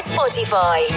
Spotify